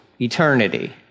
eternity